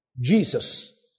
Jesus